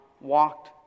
walked